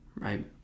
Right